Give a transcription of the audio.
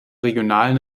regionalen